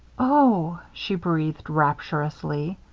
oh! she breathed rapturously.